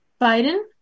Biden